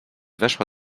weszła